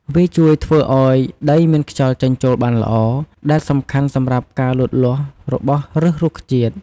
វាជួយធ្វើឲ្យដីមានខ្យល់ចេញចូលបានល្អ ដែលសំខាន់សម្រាប់ការលូតលាស់របស់ឫសរុក្ខជាតិ។